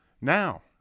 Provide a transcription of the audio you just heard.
Now